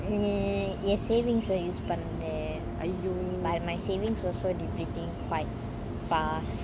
hmm ஏன்:yean savings use பண்றன்:panran but my savings also depleting quite fast